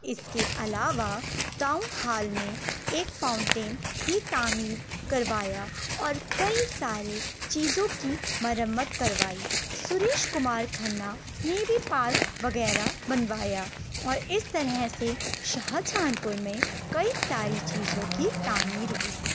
اس کے علاوہ town hall میں ایک فاؤنٹین بھی تعمیر کروایا اور کئی سارے چیزوں کی مرمت کروائی سریش کمار کھنہ نے بھی پارک وغیرہ بنوایا اور اس طرح سے شاہجہان پور میں کئی ساری چیزوں کی تعمیر ہوئی